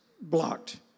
blocked